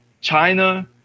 China